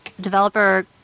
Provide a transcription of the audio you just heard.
developer